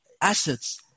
assets